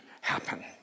happen